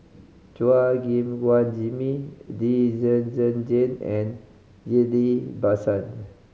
Chua Gim Guan Jimmy Lee Zhen Zhen Jane and Ghillie Basan